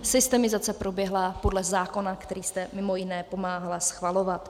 Systemizace proběhla podle zákona, který jste, mimo jiné, pomáhala schvalovat.